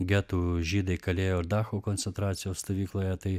getų žydai kalėjo ir dachau koncentracijos stovykloje tai